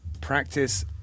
practice